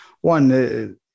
one